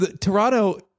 toronto